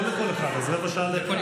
לא, רבע שעה, אבל לא לכל אחד, לכל אחד.